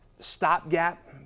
stopgap